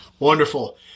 Wonderful